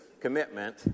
commitment